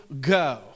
go